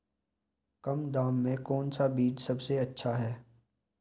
कम दाम में कौन सा बीज सबसे अच्छा है?